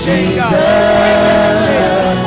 Jesus